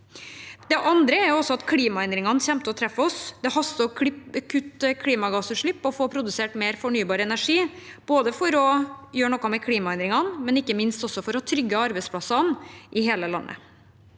Det andre er at klimaendringene kommer til å treffe oss. Det haster å kutte klimagassutslipp og få produsert mer fornybar energi, både for å gjøre noe med klimaendringene og – ikke minst – for å trygge arbeidsplasser i hele landet.